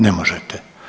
Ne možete.